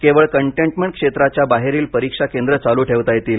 केवळ कंटेनमेंट क्षेत्राच्या बाहेरील परीक्षा केंद्र चालू ठेवता येतील